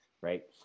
right